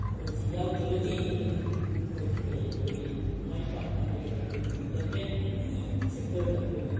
ꯑꯩꯈꯣꯏꯅ ꯑꯁꯤ ꯌꯥꯎꯗ꯭ꯔꯒꯗꯤ ꯑꯩꯈꯣꯏꯅ ꯑꯩꯈꯣꯏꯒꯤ ꯀꯩ ꯑꯩꯈꯣꯏꯒꯤ ꯃꯥꯏ ꯄꯥꯛꯄ ꯍꯥꯏꯒꯗ꯭ꯔꯥ ꯑꯩꯈꯣꯏꯒꯤ ꯗꯦꯕꯂꯞꯃꯦꯟ ꯑꯦꯅꯤ ꯁꯦꯛꯇꯔꯗ ꯑꯩꯈꯣꯏꯒꯤ